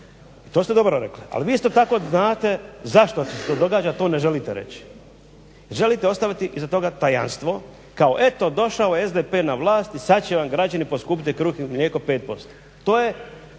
to ste dobro rekli. Ali vi isto tako znate zašto se to događa i to ne želite reći. Želite ostaviti iza toga tajanstvo kao eto došao je SDP na vlast i sad će vam građani poskupiti kruh i mlijeko 5%.